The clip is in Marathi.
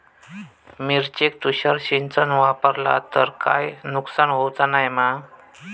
मिरचेक तुषार सिंचन वापरला तर काय नुकसान होऊचा नाय मा?